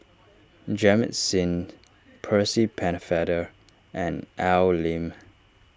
Jamit Singh Percy Pennefather and Al Lim